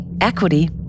equity